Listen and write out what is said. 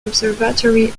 observatory